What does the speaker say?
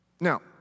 Now